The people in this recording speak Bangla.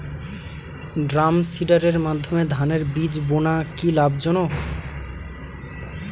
ড্রামসিডারের মাধ্যমে ধানের বীজ বোনা কি লাভজনক?